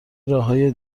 راههای